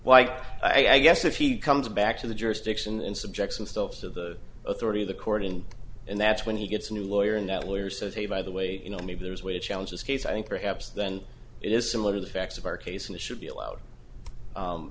like i guess if he comes back to the jurisdiction in subjects and stuff to the authority of the court in and that's when he gets a new lawyer and that lawyer said hey by the way you know maybe there's a way to challenge this case i think perhaps then it is similar to the facts of our case and it should be allowed